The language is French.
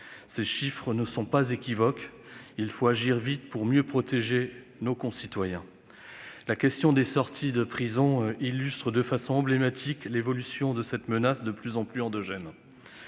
ces chiffres ne sont pas équivoques : il faut donc agir vite pour mieux protéger nos concitoyens. La question des sortants de prison illustre de façon emblématique l'évolution d'une menace de plus en plus endogène.